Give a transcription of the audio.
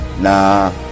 Nah